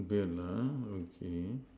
beard (uh huh) okay